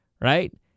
right